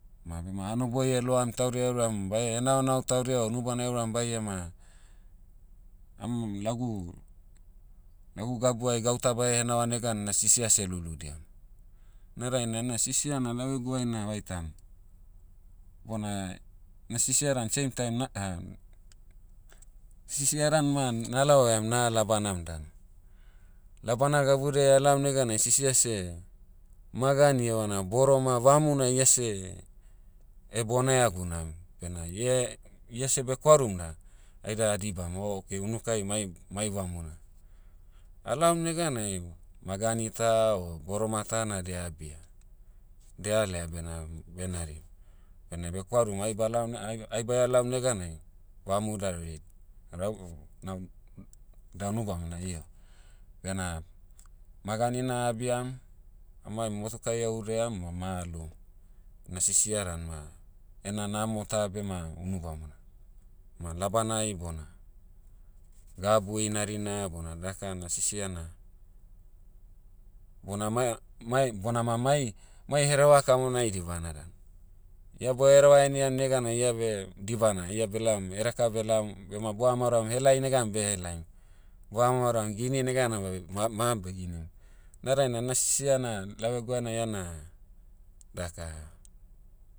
Ma bema hanoboi loam taudia euram bae henaonao taudia o unu bana euram bai ema, amam- lagu- lagu gabu'ai gauta bae henaoa neganai na sisia seh luludiam. Na dainai ena sisia na lau eguai na vaitan, bona, na sisia dan same time na- sisia dan ma na'laohaiam na labanam dan. Labana gabudiai a'laom neganai sisia seh, magani evana boroma vamu na ia seh, bonaia gunam, bena ia- ia seh be'kwarum da, ai da adibam oh okay unukai mai- mai vamuna. A'laom neganai, magani ta o boroma ta na de'abia. De'alaia bena beh narim. Bena be'kwarum ai balaom- ai- ai baia laom neganai, vamu da redi- rau- da unu bamona io. Bena, magani'na a'abiam, a'maim motukai a'udaiam ma ma a'loum. Na sisia dan ma, ena namo ta beh ma unu bamona. Ma labanai bona, gabu inarina bona daka na sisia na, bona ma- ma- bona ma mai- mai hereva kamonai dibana dan. Ia bo'hereva heniam neganai ia beh dibana ia beh laom edeka beh laom bema bo'hamaoroam helai negan beh helaim, bo'hamaoroam gini neganai ma beh- ma- ma beh ginim. Na dainai na sisia na lau egu'ai na iana, daka, daka baina gwa, security evana bodiga- aitaga unu bamona namona lau egu'ai.